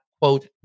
quote